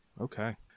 Okay